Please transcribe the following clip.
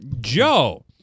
Joe